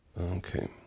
Okay